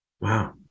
Wow